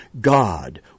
God